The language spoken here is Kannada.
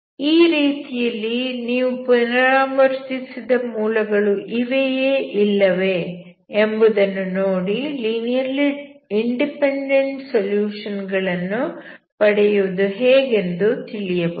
ಈ ರೀತಿಯಲ್ಲಿ ನೀವು ಪುನರಾವರ್ತಿಸಿದ ಮೂಲಗಳು ಇವೆಯೇ ಇಲ್ಲವೇ ಎಂಬುದನ್ನು ನೋಡಿ ಲೀನಿಯರ್ಲಿ ಇಂಡಿಪೆಂಡೆಂಟ್ ಸೊಲ್ಯೂಷನ್ ಗಳನ್ನು ಪಡೆಯುವುದು ಹೇಗೆಂದು ತಿಳಿಯಬಹುದು